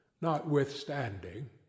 notwithstanding